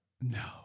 No